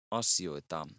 asioita